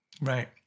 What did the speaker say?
Right